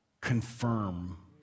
confirm